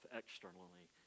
externally